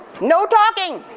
no talking!